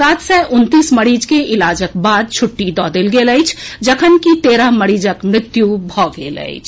सात सय उनतीस मरीज के इलाजक बाद छुट्टी दऽ देल गेल अछि जखनकि तेरह मरीजक मृत्यु भेल अछि